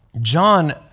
John